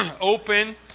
open